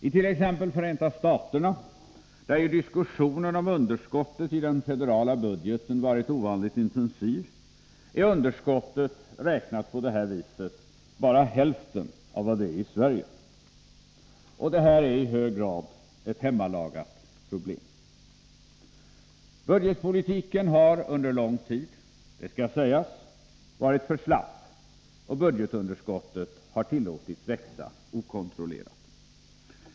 I t.ex. Förenta staterna, där ju diskussionen om underskottet i den federala budgeten varit ovanligt intensiv, är underskottet räknat på det här viset bara hälften av vad det är i Sverige. Och detta är i hög grad ett hemmalagat problem. Budgetpolitiken har under lång tid — det skall sägas — varit för slapp, och budgetunderskottet har tillåtits växa okontrollerat.